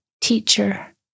teacher